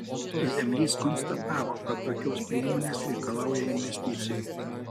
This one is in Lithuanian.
zemlys konstatavo kad tokios priemonės reikalauja investicijų